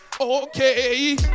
Okay